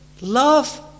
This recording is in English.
love